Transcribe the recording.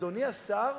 אדוני השר,